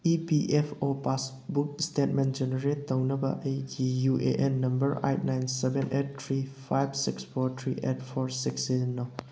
E P F O passbook statement generate ꯇꯧꯅꯕ ꯑꯩꯒꯤ U A N number eight nine seven eight three five six four three eight four six ꯁꯤꯖꯤꯟꯅꯧ